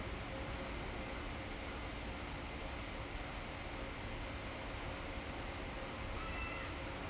um